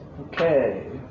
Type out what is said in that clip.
Okay